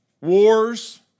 Wars